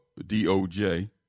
DOJ